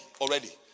already